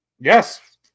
Yes